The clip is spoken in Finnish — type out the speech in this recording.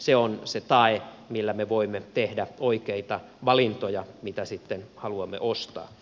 se on se tae millä me voimme tehdä oikeita valintoja siinä mitä haluamme ostaa